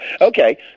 Okay